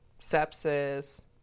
sepsis